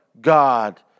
God